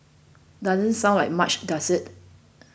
doesn't sound like much does it